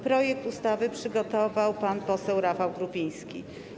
Projekt ustawy przygotował pan poseł Rafał Grupiński.